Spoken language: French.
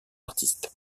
artistes